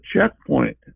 checkpoint